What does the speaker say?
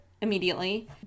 immediately